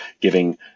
giving